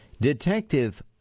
Detective